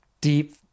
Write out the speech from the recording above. deep